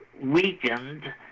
weakened